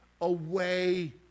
away